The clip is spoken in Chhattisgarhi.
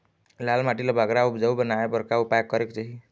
लाल माटी ला बगरा उपजाऊ बनाए बर का उपाय करेक चाही?